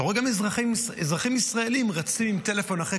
אתה רואה גם אזרחים ישראלים רצים עם טלפון אחרי